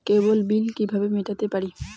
কেবল bill কিভাবে মেটাতে পারি?